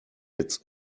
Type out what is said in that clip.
its